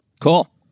Cool